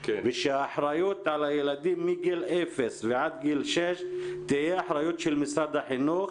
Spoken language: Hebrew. ושהאחריות על הילדים מגיל אפס עד גיל שש תהיה של משרד החינוך,